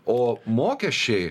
o mokesčiai